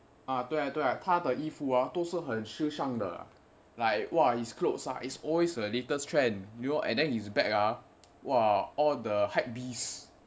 啊对对她的衣服啊都是很时尚的:a dui dui tajie de yi fu a dou shi hen shi shangchang de like !wah! his clothes ah is always the latest trend you know and then he's bag ah !wah! all the hype beast